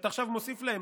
שעכשיו אתה מוסיף להן?